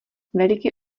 veliký